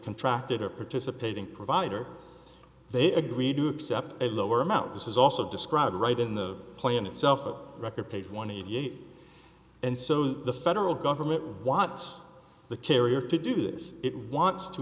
contracted or participating provider they agreed to accept a lower amount this is also described right in the plan itself record page one eighty eight and so on the federal government wants the carrier to do this it wants to